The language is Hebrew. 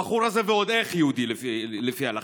הבחור הזה ועוד איך יהודי לפי ההלכה.